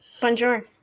Bonjour